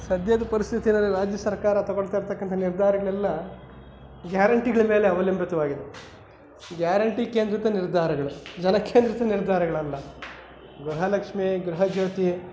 ಸದ್ಯದ ಪರ್ಸ್ಥಿತೀನಲ್ಲಿ ರಾಜ್ಯ ಸರ್ಕಾರ ತೊಗೊಳ್ತಾ ಇರತಕ್ಕಂಥ ನಿರ್ಧಾರಗಳೆಲ್ಲ ಗ್ಯಾರೆಂಟಿಗ್ಳ ಮೇಲೆ ಅವಲಂಬಿತವಾಗಿದೆ ಗ್ಯಾರೆಂಟಿ ಕೇಂದ್ರಿತ ನಿರ್ಧಾರಗಳು ಜನಕೇಂದ್ರಿತ ನಿರ್ಧಾರಗಳಲ್ಲ ಗೃಹಲಕ್ಷ್ಮಿ ಗೃಹಜ್ಯೋತಿ